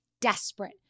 desperate